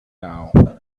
now